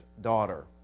daughter